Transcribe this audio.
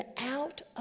out